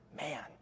Man